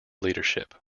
leadership